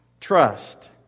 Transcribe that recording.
Trust